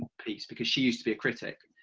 piece because she used to be a critic